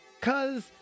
cause